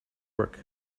work